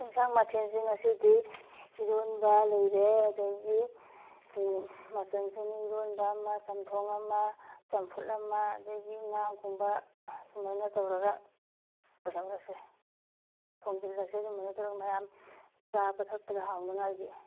ꯑꯦꯟꯁꯥꯡ ꯃꯊꯦꯜꯁꯦ ꯉꯁꯤꯗꯤ ꯏꯔꯣꯟꯕ ꯂꯩꯔꯦ ꯑꯗꯒꯤ ꯀꯩꯅꯣ ꯃꯆꯟꯁꯤꯅ ꯏꯔꯣꯟꯕ ꯑꯃ ꯆꯝꯊꯣꯡ ꯑꯃ ꯆꯝꯐꯨꯠ ꯑꯃ ꯑꯗꯒꯤ ꯉꯥꯒꯨꯝꯕ ꯁꯨꯃꯥꯏꯅ ꯇꯧꯔꯒ ꯀꯩꯗꯧꯔꯁꯤ ꯊꯣꯡꯖꯤꯜꯂꯁꯤ ꯑꯗꯨꯝ ꯀꯩꯅꯣ ꯇꯧꯔ ꯃꯌꯥꯝ ꯆꯥꯕ ꯊꯛꯄꯗ ꯍꯥꯎꯅꯉꯥꯏꯒꯤ